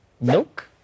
milk